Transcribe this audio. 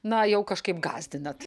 na jau kažkaip gąsdinat